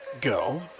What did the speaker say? Go